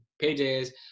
pages